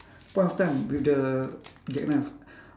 point of time with the jackknife